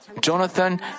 Jonathan